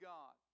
God